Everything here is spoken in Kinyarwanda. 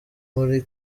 muri